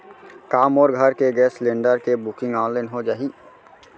का मोर घर के गैस सिलेंडर के बुकिंग ऑनलाइन हो जाही?